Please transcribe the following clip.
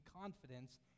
confidence